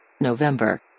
November